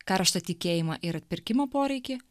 karštą tikėjimą ir atpirkimo poreikį